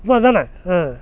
உண்மை அதான் ஆ